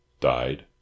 Died